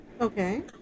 Okay